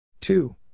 two